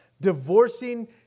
divorcing